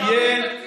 תעבירו תקציב,